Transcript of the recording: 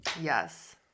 Yes